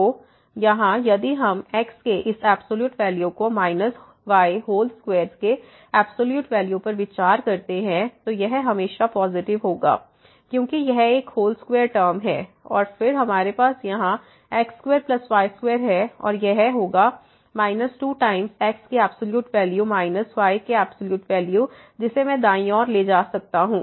तो यहाँ यदि हम x के इस एब्सॉल्यूट वैल्यू को माइनस y होल स्क्वेयर के एब्सॉल्यूट वैल्यू पर विचार करते हैं तो यह हमेशा पॉसिटिव होगा क्योंकि यह एक होल स्क्वेयर टर्म है और फिर हमारे यहाँ x2y2है और यह होगा माइनस 2 टाइम्स x की एब्सॉल्यूट वैल्यू माइनस y की एब्सॉल्यूट वैल्यू जिसे मैं दायीं ओर ला सकता हूं